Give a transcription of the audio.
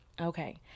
Okay